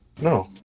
No